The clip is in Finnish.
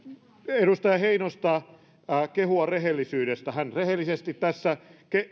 edustaja heinosta kehua rehellisyydestä hän rehellisesti tässä